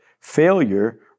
failure